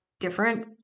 different